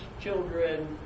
children